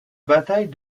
bataille